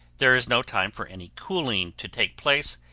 there is no time for any cooling to take place,